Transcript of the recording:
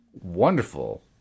wonderful